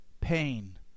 pain